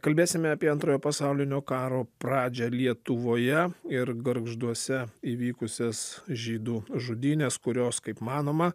kalbėsime apie antrojo pasaulinio karo pradžią lietuvoje ir gargžduose įvykusias žydų žudynes kurios kaip manoma